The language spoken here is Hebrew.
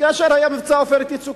כאשר היה מבצע "עופרת יצוקה",